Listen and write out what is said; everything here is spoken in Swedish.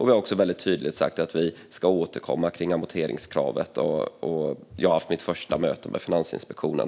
Vi har vidare tydligt sagt att vi ska återkomma om amorteringskravet. Och jag har haft mitt första möte med Finansinspektionen.